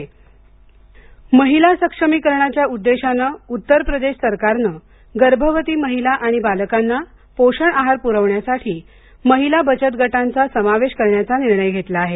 उत्तर प्रदेश महिला सबलीकरण महिला सक्षमीकरणाच्या उद्देशानं उत्तरप्रदेश सरकारनं गर्भवती महिला आणि बालकांना पोषण आहार पुरवण्यासाठी महिला बचत गटांचा समावेश करण्याचा निर्णय घेतला आहे